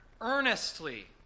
earnestly